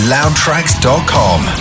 LoudTracks.com